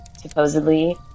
supposedly